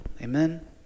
amen